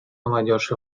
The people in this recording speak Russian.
молодежь